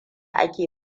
ake